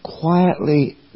quietly